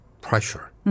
pressure